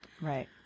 Right